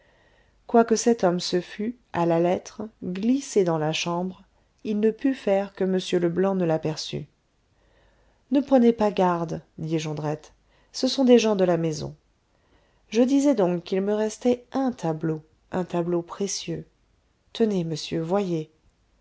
quoique cet homme se fût à la lettre glissé dans la chambre il ne put faire que m leblanc ne l'aperçût ne prenez pas garde dit jondrette ce sont des gens de la maison je disais donc qu'il me restait un tableau un tableau précieux tenez monsieur voyez